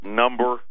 number